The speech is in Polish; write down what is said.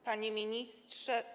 Panie Ministrze!